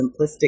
simplistic